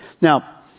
Now